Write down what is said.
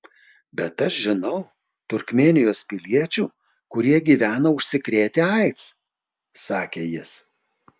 bet aš žinau turkmėnijos piliečių kurie gyvena užsikrėtę aids sakė jis